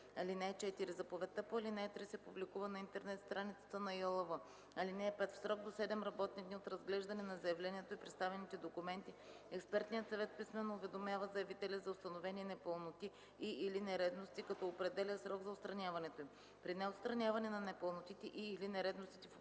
съвет. (4) Заповедта по ал. 3 се публикува на интернет страницата на ИАЛВ. (5) В срок до 7 работни дни от разглеждане на заявлението и представените документи експертният съвет писмено уведомява заявителя за установени непълноти и/или нередности, като определя срок за отстраняването им. При неотстраняване на непълнотите и/или нередностите